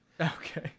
Okay